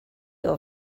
your